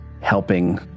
helping